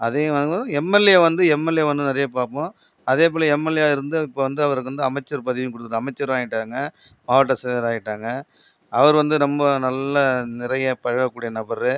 அதே வந்து எம்எல்ஏ வந்து எம்எல்ஏ வந்து நிறைய பார்ப்போம் அதே போல எம்எல்ஏ யா இருந்து இப்போ வந்து அவருக்கு வந்து அமைச்சர் பதவியும் கொடுத்துட்டாங்க அமைச்சரும் ஆகிட்டாங்க மாவட்ட செயலாளரும் ஆகிட்டாங்க அவரு வந்து ரொம்ப நல்லா நிறைய பழக கூடிய நபர்